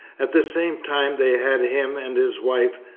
at the same time they had him and his wife,